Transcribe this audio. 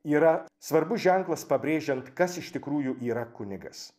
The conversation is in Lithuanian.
yra svarbus ženklas pabrėžiant kas iš tikrųjų yra kunigas